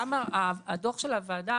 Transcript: גם הדוח של הוועדה,